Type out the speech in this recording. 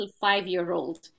five-year-old